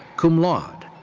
cum laude.